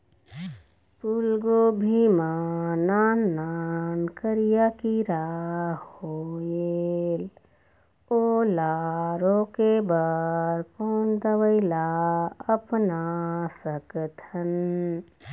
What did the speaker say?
फूलगोभी मा नान नान करिया किरा होयेल ओला रोके बर कोन दवई ला अपना सकथन?